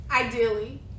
ideally